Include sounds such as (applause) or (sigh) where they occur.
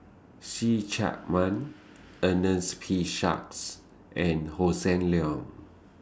(noise) See Chak Mun Ernest P Shanks and Hossan Leong